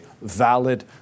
valid